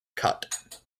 cut